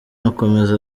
akomeza